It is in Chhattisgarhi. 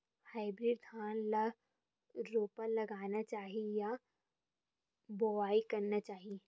हाइब्रिड धान ल रोपा लगाना चाही या बोआई करना चाही?